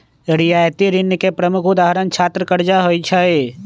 रियायती ऋण के प्रमुख उदाहरण छात्र करजा होइ छइ